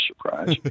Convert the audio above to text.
surprise